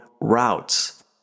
routes